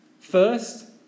first